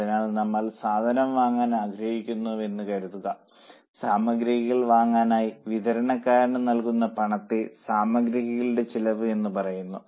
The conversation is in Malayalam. അതിനാൽ നമ്മൾ സാധനം വാങ്ങാൻ ആഗ്രഹിക്കുന്നുവെന്ന് കരുതുക സാമഗ്രികൾ വാങ്ങാനായി വിതരണക്കാരന് നൽകുന്ന പണത്തെ സാമഗ്രികളുടെ ചെലവ് എന്നു പറയുന്നു